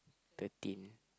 thirteen